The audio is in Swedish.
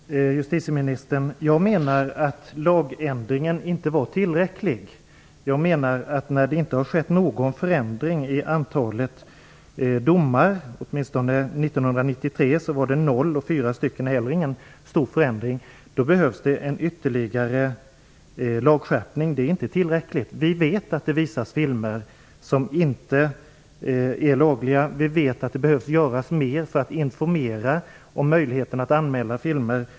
Herr talman! Ja, justitieministern, jag menar att lagändringen inte var tillräcklig. Jag menar att när det inte har skett någon förändring i antalet domar - åtminstone var antalet 0 år 1993, och fyra domar är heller ingen stor förändring - behövs det en ytterligare lagskärpning. Den är inte tillräcklig. Vi vet att det visas filmer som inte är lagliga. Vi vet att det behöver göras mer för att informera om möjligheten att anmäla filmer.